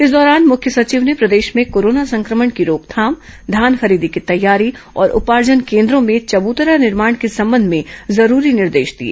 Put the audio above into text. इस दौरान मुख्य सचिव ने प्रदेश में कोरोना संक्रमण की रोकथाम धान खरीदी की तैयारी और उपार्जन केन्द्रों में चबूतरा निर्माण के संबंध में जरूरी निर्देश दिए